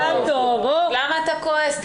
למה אתה כועס?